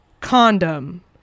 condom